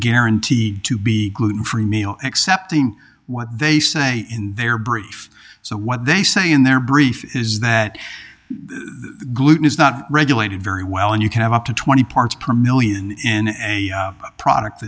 guaranteed to be gluten free meal excepting what they say in their brief so what they say in their brief is that gluten is not regulated very well and you can have up to twenty parts per million in a product